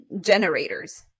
generators